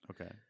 Okay